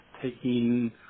taking